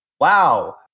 Wow